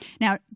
Now